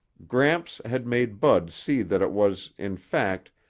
gramps had made bud see that it was, in fact,